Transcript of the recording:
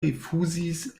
rifuzis